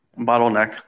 Bottleneck